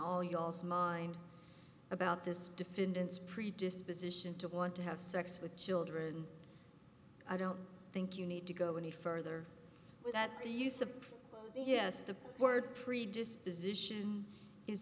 all you also mind about this defendant's predisposition to want to have sex with children i don't think you need to go any further without the use of yes the word predisposition is